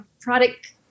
product